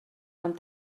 ond